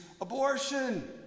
abortion